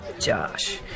Josh